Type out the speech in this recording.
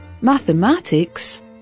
mathematics